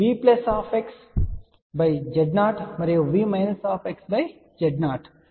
కాబట్టి V Z0 మరియు V Z0